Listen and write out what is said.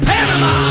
Panama